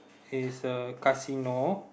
is a casino